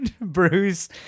Bruce